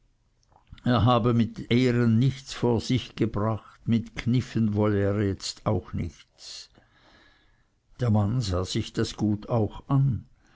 er habe mit ehren nichts vor sich gebracht mit kniffen wolle er jetzt auch nichts der mann sah sich das gut auch an